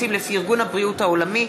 לפי ארגון הבריאות העולמי,